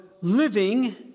living